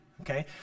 okay